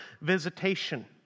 visitation